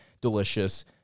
delicious